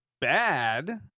bad